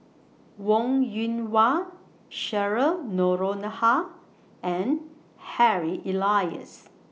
Wong Yoon Wah Cheryl Noronha and Harry Elias